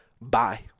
Bye